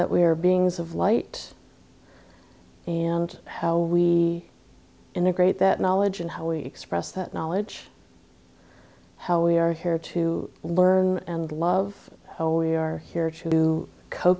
that we are beings of light and how we integrate that knowledge and how we express that knowledge how we are here to learn and love how we are here to